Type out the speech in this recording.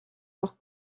leur